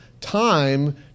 time